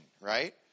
right